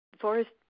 forest